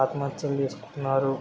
ఆత్మహత్యలు చేసుకుంటున్నారు